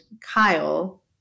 Kyle